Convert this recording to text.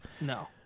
no